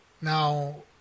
Now